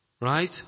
Right